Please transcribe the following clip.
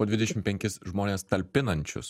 po dvidešim penkis žmones talpinančius